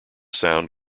sound